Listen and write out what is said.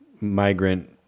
Migrant